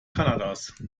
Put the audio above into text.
kanadas